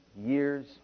years